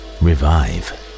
revive